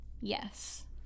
Yes